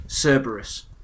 Cerberus